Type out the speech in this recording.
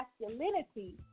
masculinity